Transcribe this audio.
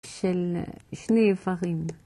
של שני אברים.